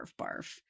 barf